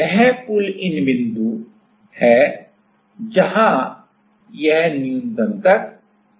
वह pull in बिंदु pullin point है जहां यह न्यूनतम तक पहुंचता है